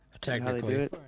Technically